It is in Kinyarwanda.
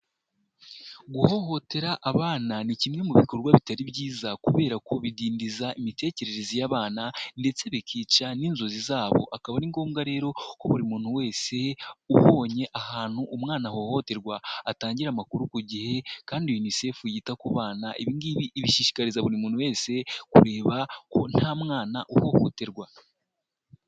Guhohotera abana ni kimwe mu bikorwa bitari byiza kubera kubidindiza imitekerereze y'abana ndetse bikica n'inzozi zabo. Akaba ari ngombwa rero ko buri muntu wese ubonye ahantu umwana ahohoterwa atangira amakuru ku gihe kandi UNICEF yita ku bana ibi ngibi ibishyishikariza buri muntu wese, kureba ko nta mwana uhohoterwa.